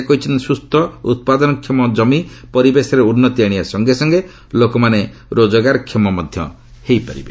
ସେ କହିଛନ୍ତି ସୁସ୍ଥ ଓ ଉତ୍ପାଦନକ୍ଷମ ଜମି ପରିବେଶରେ ଉନ୍ନତି ଆରିବା ସଙ୍ଗେ ସଙ୍ଗେ ଲୋକମାନେ ରୋଜଗାରକ୍ଷମ ମଧ୍ୟ ହୋଇପାରିବେ